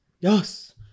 Yes